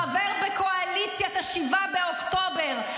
חבר בקואליציית 7 באוקטובר,